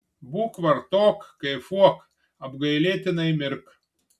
būk vartok kaifuok apgailėtinai mirk